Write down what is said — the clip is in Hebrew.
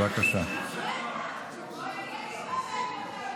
את לא יכולה לתת חסינות להאג,